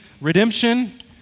redemption